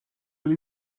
will